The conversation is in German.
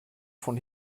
von